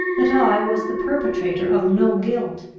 that i was the perpetrator of no guilt,